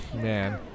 man